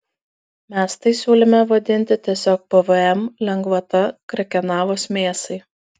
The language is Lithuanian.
mes tai siūlėme vadinti tiesiog pvm lengvata krekenavos mėsai